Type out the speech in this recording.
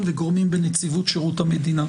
בעיצוב נורמות ציבוריות.